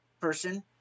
person